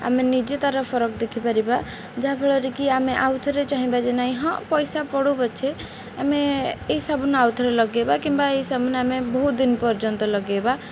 ଆମେ ନିଜେ ତା'ର ଫରକ ଦେଖିପାରିବା ଯାହାଫଳରେ କି ଆମେ ଆଉ ଥରେ ଚାହିଁବା ଯେ ନାଇଁ ହଁ ପଇସା ପଡ଼ୁ ପଛେ ଆମେ ଏହି ସାବୁନ ଆଉ ଥରେ ଲଗାଇବା କିମ୍ବା ଏହି ସାବୁନ ଆମେ ବହୁତ ଦିନ ପର୍ଯ୍ୟନ୍ତ ଲଗାଇବା